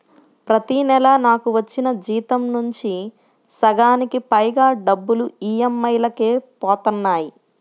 ప్రతి నెలా నాకు వచ్చిన జీతం నుంచి సగానికి పైగా డబ్బులు ఈ.ఎం.ఐ లకే పోతన్నాయి